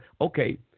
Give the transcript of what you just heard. okay